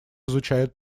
изучают